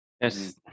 Yes